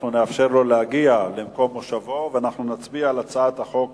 אנחנו נאפשר לו להגיע למקום מושבו ונצביע על הצעת חוק